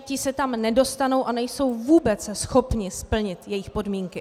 Ti se tam skutečně nedostanou a nejsou vůbec schopni splnit jejich podmínky.